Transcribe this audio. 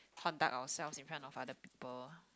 conduct ourselves in front of other people